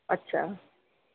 अच्छा